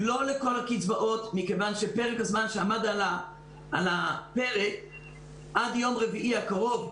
זה לא לכל הקצבאות מכיוון שפרק הזמן שהיה לנו עד יום רביעי הקרוב,